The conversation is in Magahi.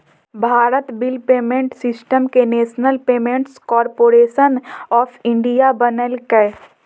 भारत बिल पेमेंट सिस्टम के national payments corporation of India बनैल्कैय